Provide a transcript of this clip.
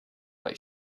but